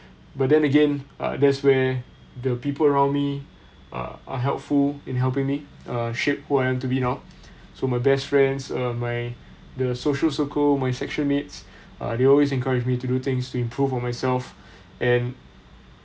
but then again uh that's where the people around me are helpful in helping me err shape who I am to be now so my best friends err my the social circle my section mates uh they always encouraged me to do things to improve on myself and